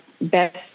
best